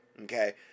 Okay